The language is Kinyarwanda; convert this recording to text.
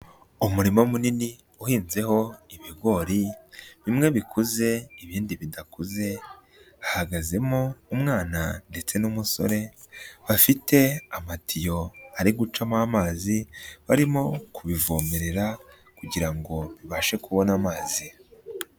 Umurima munini uhinnzeho ibigori bimwe bikuze ibindi bidakuze hahagazemo umwana ndetse n'umusore bafite amatiyo ari gucamo amazi barimo kubivomerera kugira ngo bibashe kubona amazi.